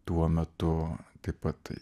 tuo metu taip pat